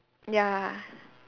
ya